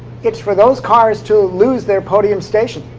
it's for those cars to lose their podium station.